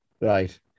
right